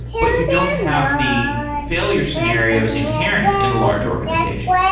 but you don't have the failure scenarios inherent in a large organization?